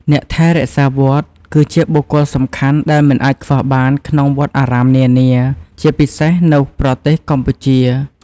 អ្នកថែរក្សាវត្ត គឺជាបុគ្គលសំខាន់ដែលមិនអាចខ្វះបានក្នុងវត្តអារាមនានា ជាពិសេសនៅប្រទេសកម្ពុជា។